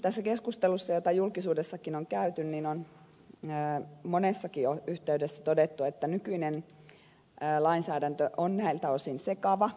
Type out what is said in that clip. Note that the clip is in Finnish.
tässä keskustelussa jota julkisuudessakin on käyty on monessakin yhteydessä todettu että nykyinen lainsäädäntö on näiltä osin sekava